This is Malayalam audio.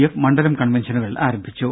എഫ് മണ്ഡലം കൺവെൻഷനുകൾ ആരംഭിച്ചു